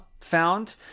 found